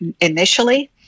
initially